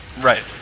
Right